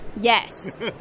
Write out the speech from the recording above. Yes